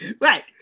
Right